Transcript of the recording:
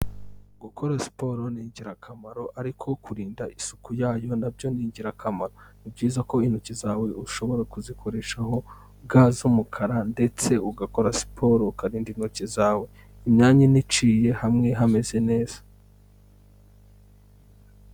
Gukora siporo ni ingirakamaro ariko kurinda isuku yayo nabyo ni ingirakamaro, ni byiza ko intoki zawe ushobora kuzikoreshaho ga z'umukara ndetse ugakora siporo ukarinda intoki zawe imyanya ine iciye hamwe hameze neza.